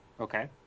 Okay